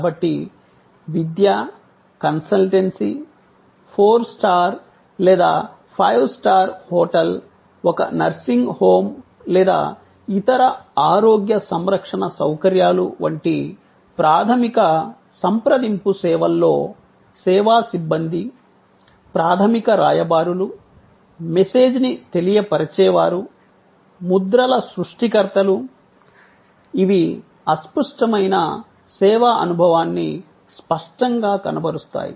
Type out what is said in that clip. కాబట్టి విద్య consultancy four star లేదా ఫైవ్ స్టార్ హోటల్ ఒక నర్సింగ్ హోమ్ లేదా ఇతర ఆరోగ్య సంరక్షణ సౌకర్యాలు వంటి ప్రాధమిక సంప్రదింపు సేవల్లో సేవా సిబ్బంది ప్రాధమిక రాయబారులు మెసేజ్ ని తెలియపరచేవారు ముద్రల సృష్టికర్తలు ఇవి అస్పష్టమైన సేవా అనుభవాన్ని స్పష్టంగా కనబరుస్తాయి